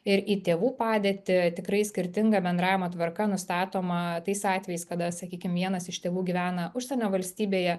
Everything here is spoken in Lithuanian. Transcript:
ir į tėvų padėtį tikrai skirtinga bendravimo tvarka nustatoma tais atvejais kada sakykim vienas iš tėvų gyvena užsienio valstybėje